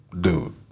Dude